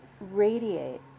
radiate